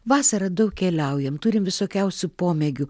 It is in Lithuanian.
vasarą daug keliaujam turim visokiausių pomėgių